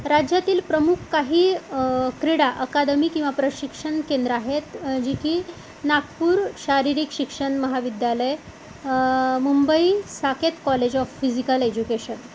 राज्यातील प्रमुख काही क्रीडा अकादमी किंवा प्रशिक्षण केंद्र आहेत जी की नागपूर शारीरिक शिक्षण महाविद्यालय Mumbai Saket college of physical education